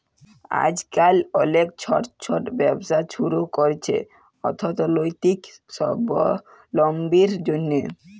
আইজকাল অলেক ছট ছট ব্যবসা ছুরু ক্যরছে অথ্থলৈতিক সাবলম্বীর জ্যনহে